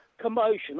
commotion